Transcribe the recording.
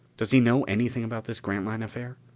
does he know anything about this grantline affair?